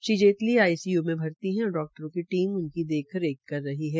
Shri Jaitley I C U में भर्ती है और डाक्टरों की टीम उनकी देखरेख कर रही है